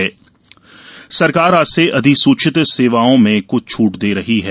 सरकार छूट सरकार आज से अधिसूचित सेवाओं में कुछ छूट दे रही है